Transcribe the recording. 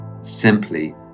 simply